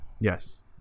Yes